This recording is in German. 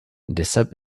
deshalb